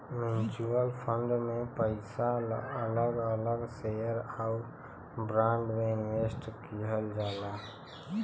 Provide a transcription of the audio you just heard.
mutual fund में पइसा अलग अलग शेयर आउर बांड में इनवेस्ट किहल जाला